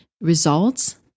Results